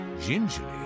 gingerly